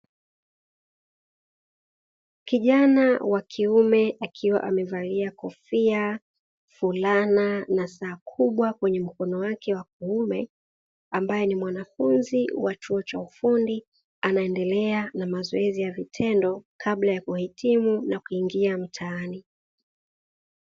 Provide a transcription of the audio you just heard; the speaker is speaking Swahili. Kijana wakiume akiwa amevalia kofia, fulana na saa kubwa kwenye mkono wake wa kuume, ambaye ni mwanafunzi wa chuo cha ufundi anaendelea na mazoezi ya vitendo kabla ya kuwahitimu na kuingia mtaani.